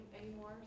anymore